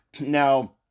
now